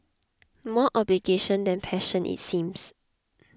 more obligation than passion it seems